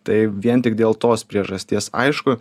tai vien tik dėl tos priežasties aišku